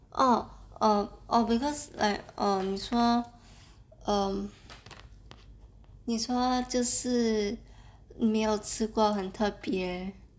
orh err orh because err 你说 um 就是没有吃过很特别